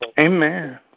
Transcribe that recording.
Amen